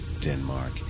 Denmark